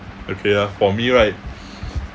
okay ah for me right